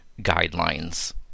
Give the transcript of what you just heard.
guidelines